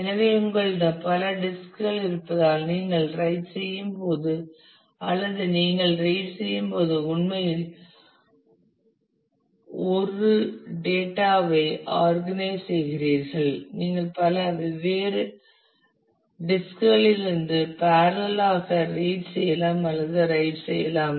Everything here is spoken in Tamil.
எனவே உங்களிடம் பல டிஸ்க் குகள் இருப்பதால் நீங்கள் ரைட் செய்யும் போது அல்லது நீங்கள் ரீட் செய்யும் போது உண்மையில் ஒரு டேட்டா ஐ ஆர்கனைஸ் செய்கிறீர்கள் நீங்கள் பல வெவ்வேறு களிலிருந்து பேரலல் ஆக ரீட் செய்யலாம் அல்லது ரைட் செய்யலாம்